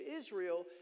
Israel